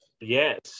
Yes